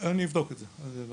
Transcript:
אני אבדוק את זה.